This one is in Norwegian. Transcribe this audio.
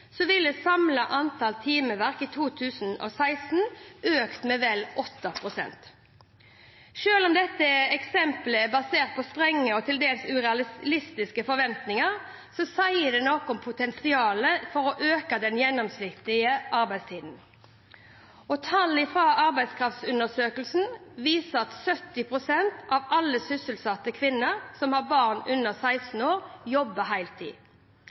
ville samlet antall timeverk i 2016 økt med vel 8 pst. Selv om dette eksemplet er basert på strenge og til dels urealistiske forventninger, sier det noe om potensialet for å øke den gjennomsnittlige arbeidstiden. Tall fra Arbeidskraftundersøkelsen viser at 70 pst. av alle sysselsatte kvinner som har barn under 16 år, jobber heltid.